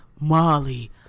Molly